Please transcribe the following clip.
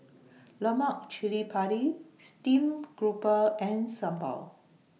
Lemak Cili Padi Stream Grouper and Sambal